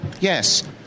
yes